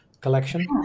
collection